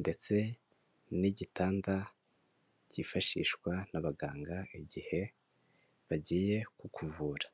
ndetse n'igitanda byifashishwa n'abaganga igihe bagiye kukuvura.